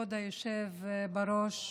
כבוד היושב-ראש,